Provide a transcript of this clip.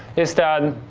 is that